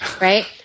Right